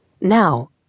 Now